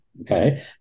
okay